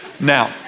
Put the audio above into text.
Now